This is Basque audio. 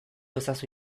ezazu